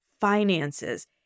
finances